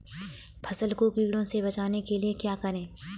फसल को कीड़ों से बचाने के लिए क्या करें?